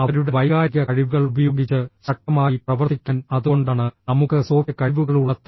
അവരുടെ വൈകാരിക കഴിവുകൾ ഉപയോഗിച്ച് ശക്തമായി പ്രവർത്തിക്കാൻ അതുകൊണ്ടാണ് നമുക്ക് സോഫ്റ്റ് കഴിവുകൾ ഉള്ളത്